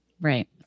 Right